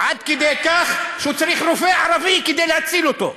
עד כדי כך שהוא צריך רופא ערבי כדי להציל אותו.